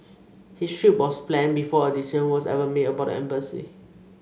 his trip was planned before a decision was ever made about the embassy